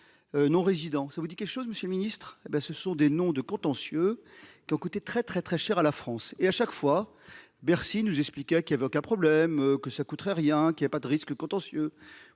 vous disent ils quelque chose, monsieur le ministre ? Ce sont des noms de contentieux ayant coûté extrêmement cher à la France. À chaque fois, Bercy expliquait qu’il n’y avait aucun problème, que cela ne coûterait rien, qu’il n’y avait pas de risque contentieux.